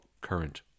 current